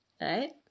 right